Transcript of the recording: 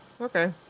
okay